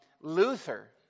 Luther